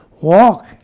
Walk